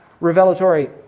revelatory